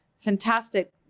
fantastic